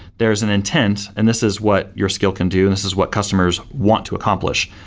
there's an intent and this is what your skill can do and this is what customers want to accomplish.